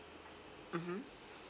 mmhmm